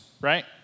Right